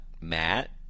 Matt